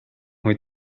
ont